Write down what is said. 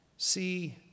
see